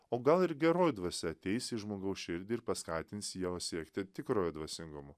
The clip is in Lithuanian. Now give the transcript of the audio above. o gal ir geroji dvasia ateis į žmogaus širdį ir paskatins jo siekti tikrojo dvasingumo